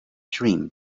dream